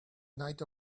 night